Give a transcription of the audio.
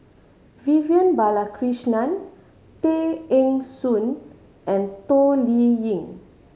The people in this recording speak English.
Vivian Balakrishnan Tay Eng Soon and Toh Liying